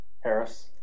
Harris